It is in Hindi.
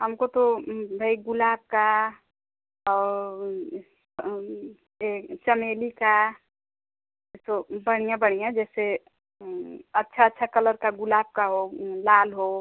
हमको तो भाई गुलाब का और यह चमेली का एसो बढ़िया बढ़िया जैसे अच्छे अच्छे कलर का गुलाब का हो लाल हो